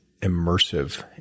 immersive